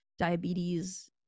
diabetes